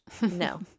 No